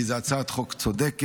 כי זו הצעת חוק צודקת.